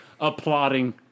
applauding